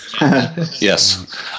Yes